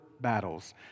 battles